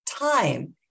Time